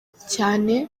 cyane